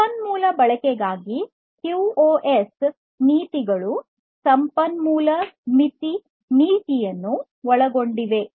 ಸಂಪನ್ಮೂಲ ಬಳಕೆಗಾಗಿ ಕ್ಯೂಒಎಸ್ ನೀತಿಗಳು ಸಂಪನ್ಮೂಲ ಮಿತಿ ನೀತಿಯನ್ನು ಒಳಗೊಂಡಿವೆ